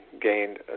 gained